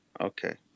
Okay